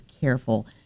careful